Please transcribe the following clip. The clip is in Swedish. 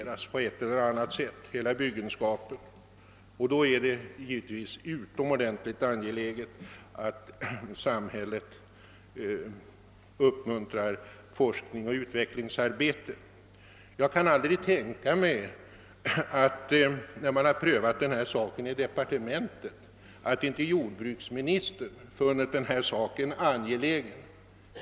Hela byggandet måste på något sätt rationaliseras, och då är det givetvis utomordentligt angeläget att samhället uppmuntrar forskningsoch utvecklingsarbete. Jag kan inte tän ka mig att inte jordbruksministern efter prövningen i departementet funnit frågan viktig.